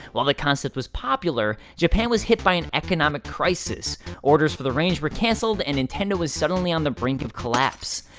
while the concept was popular japan was hit by an economic crisis orders for the range were cancelled, and nintendo was suddenly on the brink of collapse.